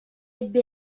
ebbe